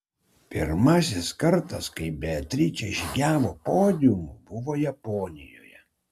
pirmasis kartas kai beatričė žygiavo podiumu buvo japonijoje